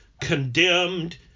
condemned